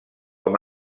com